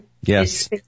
Yes